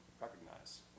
recognize